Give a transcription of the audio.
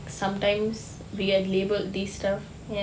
sometimes we are labelled this stuff